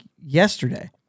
yesterday